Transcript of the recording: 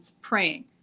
praying